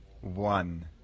One